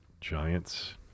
Giants